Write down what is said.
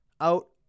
out